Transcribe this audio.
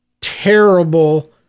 Terrible